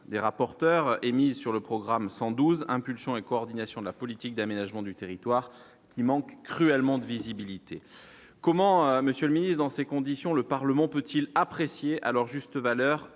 des rapporteurs et mise sur le programme 112 impulsion et coordination de la politique d'aménagement du territoire qui manque cruellement de visibilité : comment, Monsieur le Ministre, dans ces conditions, le Parlement peut-il apprécier à leur juste valeur